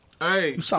Hey